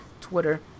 Twitter